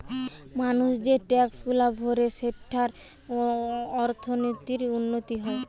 মানুষ যে ট্যাক্সগুলা ভরে সেঠারে অর্থনীতির উন্নতি হয়